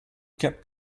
kept